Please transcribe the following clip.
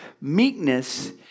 meekness